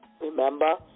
Remember